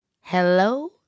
Hello